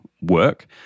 work